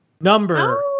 number